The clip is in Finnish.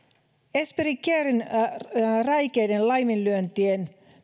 esperi caren räikeiden laiminlyöntien